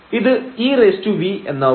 ഇത് ev എന്നാവും